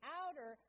outer